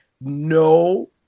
no